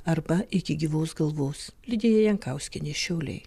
arba iki gyvos galvos lidija jankauskienė šiauliai